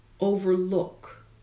overlook